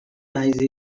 niece